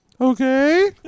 Okay